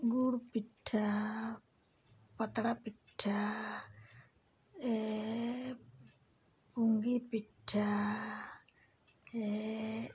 ᱜᱩᱲ ᱯᱤᱴᱷᱟᱹ ᱯᱟᱛᱲᱟ ᱯᱤᱴᱷᱟᱹ ᱯᱩᱝᱜᱤ ᱯᱤᱴᱷᱟᱹ